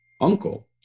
uncle